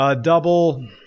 Double